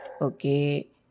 Okay